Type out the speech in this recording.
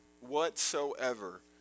whatsoever